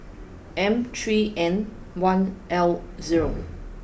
M three N one L zero